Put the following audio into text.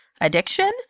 addiction